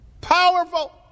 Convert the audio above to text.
Powerful